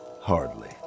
Hardly